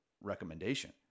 recommendation